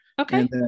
Okay